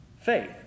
faith